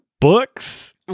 books